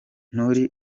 nturi